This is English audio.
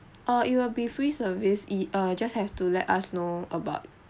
err it will be free service err just have to let us know about